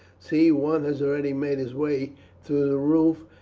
see, one has already made his way through the roof,